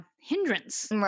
hindrance